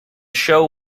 show